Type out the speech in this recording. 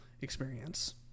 experience